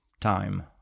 time